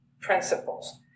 principles